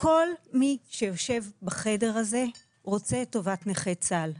כל מי שיושב בחדר הזה רוצה את טובת נכי צה"ל,